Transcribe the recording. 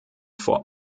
vor